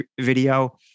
video